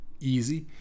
easy